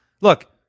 look